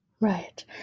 Right